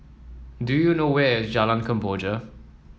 do you know where is Jalan Kemboja